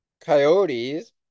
Coyotes